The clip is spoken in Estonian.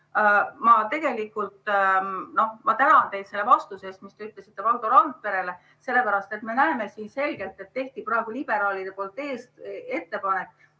Ma tegelikult tänan teid selle vastuse eest, mis te ütlesite Valdo Randperele, sellepärast et me näeme siin selgelt, et praegu tehti liberaalide poolt ettepanek,